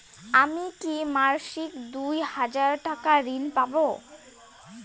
আমি কি মাসিক দুই হাজার টাকার ঋণ পাব?